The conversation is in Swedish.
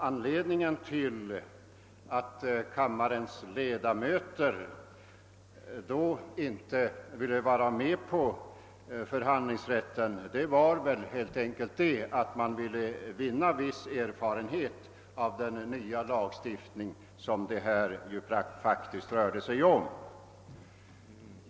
Anledningen till att kammarens ledamöter då inte ville vara med om förhandlingsrätten var helt enkelt att man ville vinna viss erfarenhet av den nya lagstiftning som det faktiskt rörde sig om.